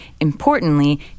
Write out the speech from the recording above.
importantly